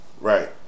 right